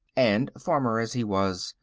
and, farmer as he was,